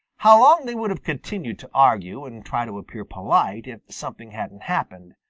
how long they would have continued to argue and try to appear polite if something hadn't happened,